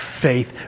faith